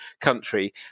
country